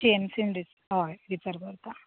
जीएमसीन हय रिफर करतां